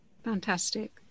Fantastic